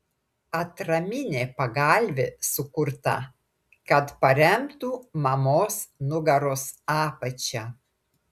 atraminė pagalvė sukurta kad paremtų mamos nugaros apačią